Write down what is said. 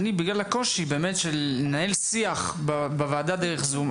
בגלל הקושי לנהל שיח בוועדה בזום,